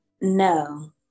No